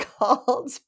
called